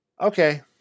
Okay